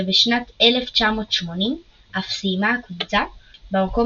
ובשנת 1980 אף סיימה הקבוצה במקום